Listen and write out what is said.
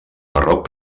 barroc